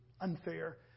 unfair